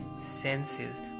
senses